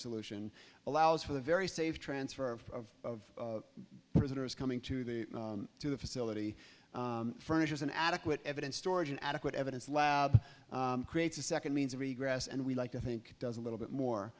solution allows for the very safe transfer of prisoners coming to the to the facility furnishes an adequate evidence storage an adequate evidence lab creates a second means of regress and we like to think does a little bit more